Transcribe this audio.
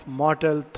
mortal